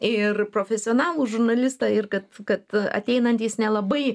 ir profesionalų žurnalistą ir kad kad ateinantys nelabai